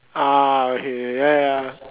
ah okay ya ya